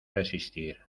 resistir